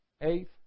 eighth